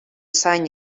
zain